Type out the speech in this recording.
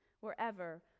wherever